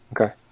Okay